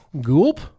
Gulp